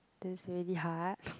that is really hard